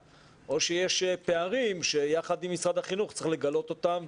אם מישהו מחברי הכנסת האחרים רוצה להגיד מילה לסיכום,